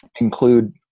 include